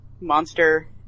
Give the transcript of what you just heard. monster